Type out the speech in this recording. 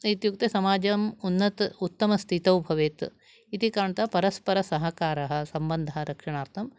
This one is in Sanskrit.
इत्युक्ते समाजं उन्नत उत्तम स्थितौ भवेत् इति कारणतः परस्परं सहकारः सम्बन्ध रक्षणार्थं